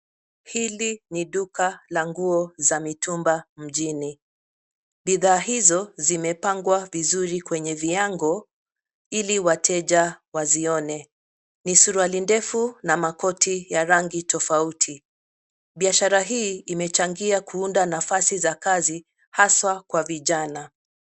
Hili ni duka la nguo za mitumba mjini. Bidhaa hizo zimepangwa vizuri kwenye viango ili wateja wazione. Ni suruali ndefu na makoti ya rangi tofauti. Biashara hii imechangia kuunda nafasi za kazi haswa kwa vijana.